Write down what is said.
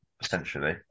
essentially